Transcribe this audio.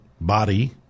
body